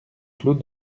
clos